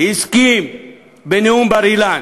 הסכים בנאום בר-אילן